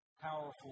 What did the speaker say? powerful